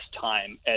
time